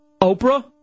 Oprah